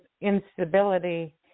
instability